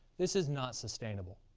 this is not sustainable.